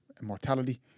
mortality